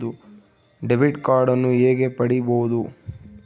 Debit ಕಾರ್ಡನ್ನು ಹೇಗೆ ಪಡಿಬೋದು?